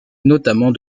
notamment